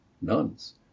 nuns